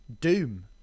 Doom